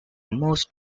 most